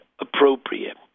appropriate